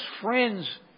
friends